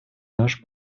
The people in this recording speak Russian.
наш